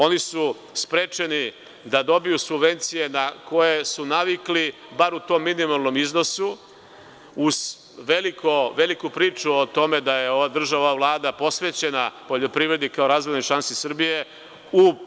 Oni su sprečeni da dobiju subvencije na koje su navikli, barem u tom minimalnom iznosu, uz veliku priču o tome da je ova država, ova Vlada posvećena poljoprivredi kao razvojnoj šansi Srbije.